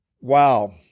Wow